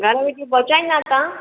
घर वेठे पहुचाईंदा तव्हां